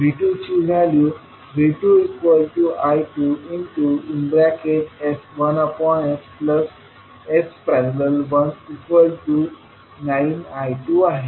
V2 ची value V2I21ss।।19I2 आहे